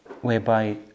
whereby